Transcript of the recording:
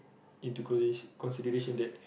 into consi~ consideration that